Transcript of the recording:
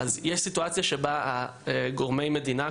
יש סיטואציה שבה גורמי המדינה,